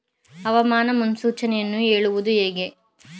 ಹವಾಮಾನ ಮುನ್ಸೂಚನೆಯನ್ನು ಹೇಳುವುದು ಹೇಗೆ?